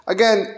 Again